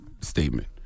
statement